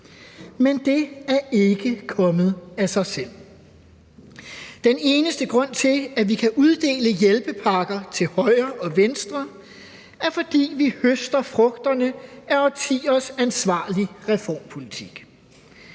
Men det er ikke kommet af sig selv. Den eneste grund til, at vi kan uddele hjælpepakker til højre og venstre, er, at vi høster frugterne af årtiers ansvarlige reformpolitik,